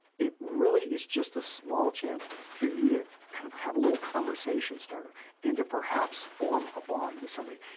it really is just a small chance for you to kind of have a little conversation starter and to perhaps form a bond with somebody.